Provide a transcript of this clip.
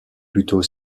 plutôt